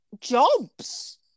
jobs